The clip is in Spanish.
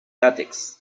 látex